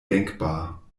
denkbar